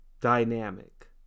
dynamic